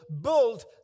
built